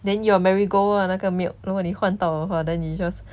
then your marigold lah 那个 milk 如果你换到的话 then 你 just